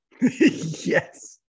Yes